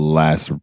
last